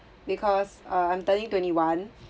because uh I'm turning twenty one